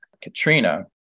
katrina